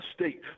State